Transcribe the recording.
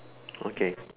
okay